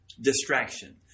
distraction